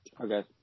Okay